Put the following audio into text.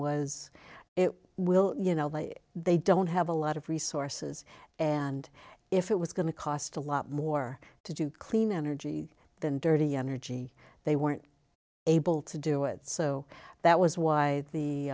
was it will you know they don't have a lot of resources and if it was going to cost a lot more to do clean energy than dirty energy they weren't able to do it so that was why